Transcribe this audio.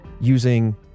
using